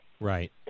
Right